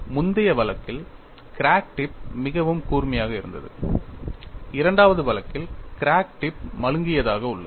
முந்தைய வழக்கில் crack tip மிகவும் கூர்மையாக இருந்தது இரண்டாவது வழக்கில் கிராக் டிப் மழுங்கியதாக உள்ளது